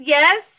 Yes